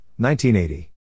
1980